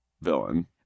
villain